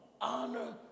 honor